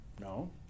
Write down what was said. No